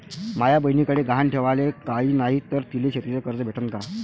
माया बयनीकडे गहान ठेवाला काय नाही तर तिले शेतीच कर्ज भेटन का?